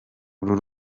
uru